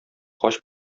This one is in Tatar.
хаҗ